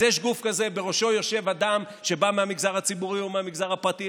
אז יש גוף כזה שבראשו יושב אדם שבא מהמגזר הציבורי או מהמגזר הפרטי,